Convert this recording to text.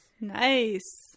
nice